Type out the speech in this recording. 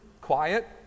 quiet